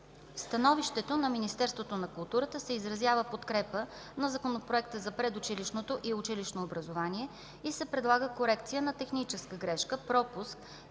становището на Министерството на културата се изразява подкрепа на Законопроекта за предучилищното и училищното образование и се предлага корекция на техническа грешка, пропуск,